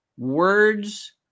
words